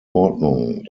ordnung